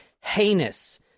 heinous